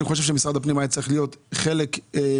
שמשרד הפנים היה צריך להיות חלק מוביל,